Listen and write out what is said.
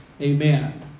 amen